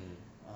mm